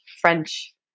French